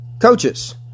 coaches